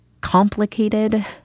complicated